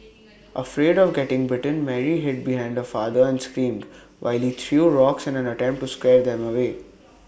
afraid of getting bitten Mary hid behind the father and screamed while he threw rocks in an attempt to scare them away